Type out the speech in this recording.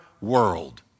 world